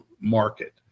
market